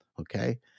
okay